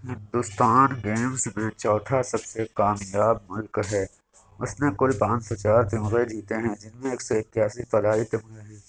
Hindustan games میں چوتھا سب سے کامیاب ملک ہے اس نے کل پانچ سو چار تمغے جیتے ہیں جن میں ایک سو اکیاسی طلائی تمغے ہیں